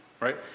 right